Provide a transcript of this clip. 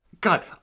God